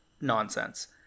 nonsense